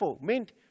meant